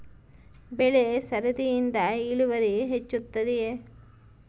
ಬೆಳೆ ಸರದಿಯಿಂದ ಇಳುವರಿ ಹೆಚ್ಚುತ್ತದೆಯೇ?